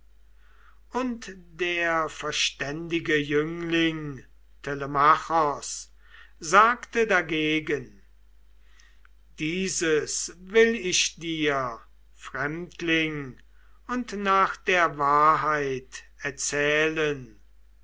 und der verständige jüngling telemachos sagte dagegen dieses will ich dir fremdling und nach der wahrheit erzählen